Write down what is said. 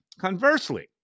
Conversely